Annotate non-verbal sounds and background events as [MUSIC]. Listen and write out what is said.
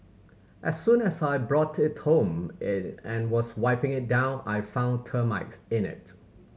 as soon as I brought it home [UNINTELLIGIBLE] and was wiping it down I found termites in it